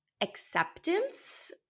acceptance –